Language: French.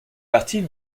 partie